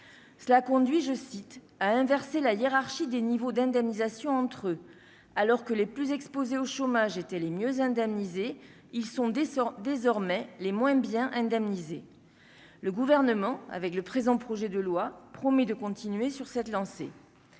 cela conduit, je cite, à inverser la hiérarchie des niveaux d'indemnisation entre eux alors que les plus exposés au chômage étaient les mieux indemnisées, ils sont des sont désormais les moins bien indemnisés le gouvernement avec le présent projet de loi promis de continuer sur cette lancée,